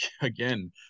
again